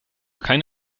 kein